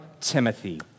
Timothy